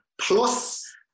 plus